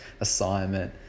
assignment